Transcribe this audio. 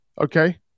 Okay